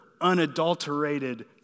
unadulterated